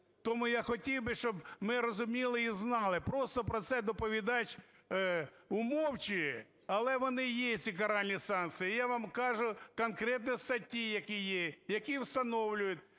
Тому я хотів би, щоб ми розуміли і знали. Просто про це доповідач умовчує, але вони є, ці каральні санкції. І я вам кажу конкретно статті, які є, які встановлюють,